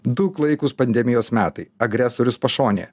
du klaikūs pandemijos metai agresorius pašonėje